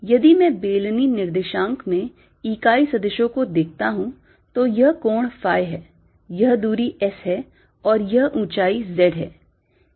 यदि मैं बेलनी निर्देशांक में इकाई सदिशों को देखता हूं तो यह कोण phi है यह दूरी S है और यह ऊंचाई Z है